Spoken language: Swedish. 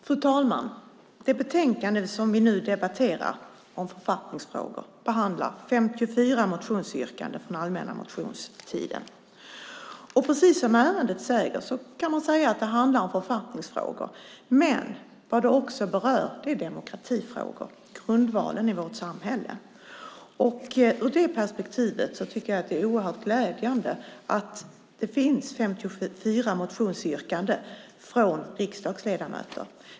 Fru talman! I det betänkande som vi nu debatterar om författningsfrågor behandlas 54 motionsyrkanden från allmänna motionstiden. Man kan säga att det handlar om författningsfrågor, men det berör också demokratifrågor - grundvalen i vårt samhälle. Ur detta perspektiv tycker jag att det är oerhört glädjande att det finns 54 motionsyrkanden från riksdagsledamöter.